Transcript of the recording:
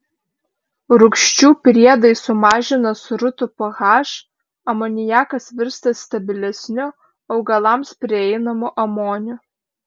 rūgščių priedai sumažina srutų ph amoniakas virsta stabilesniu augalams prieinamu amoniu